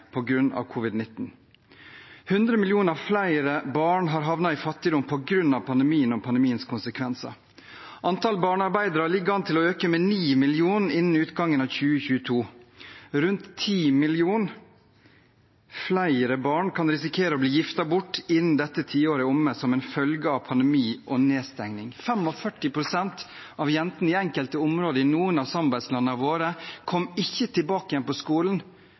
millioner flere barn har havnet i fattigdom på grunn av pandemien og pandemiens konsekvenser. Antall barnearbeidere ligger an til å øke med 9 millioner innen utgangen av 2022. Rundt 10 millioner flere barn kan risikere å bli giftet bort innen dette tiåret er omme, som følge av pandemi og nedstengning. 45 pst. av jentene i enkelte områder i noen av samarbeidslandene våre kom ikke tilbake på skolen